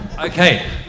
Okay